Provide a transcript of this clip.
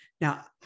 Now